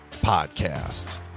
podcast